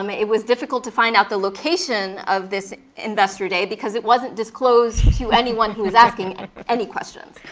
um it was difficult to find out the location of this investor day because it wasn't disclosed to anyone who's asking any questions.